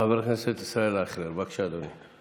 חבר הכנסת ישראל אייכלר, בבקשה, אדוני.